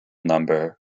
number